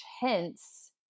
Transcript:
hence